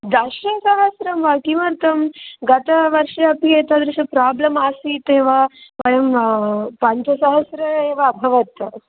दशसहस्रं वा किमर्थं गतवर्षे अपि एतादृशं प्राब्लम् आसीत् वयं पञ्चसहस्रमेव अभवत्